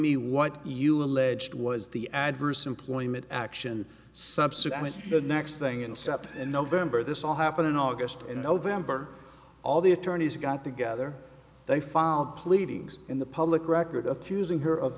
me what you alleged was the adverse employment action subsequent to the next thing in sept and november this all happened in august and november all the attorneys got together they filed pleadings in the public record accusing her of